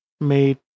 made